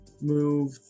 move